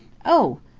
oh!